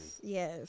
yes